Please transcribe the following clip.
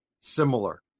similar